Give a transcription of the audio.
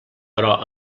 però